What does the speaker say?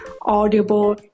Audible